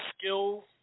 skills